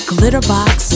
Glitterbox